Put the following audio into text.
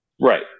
right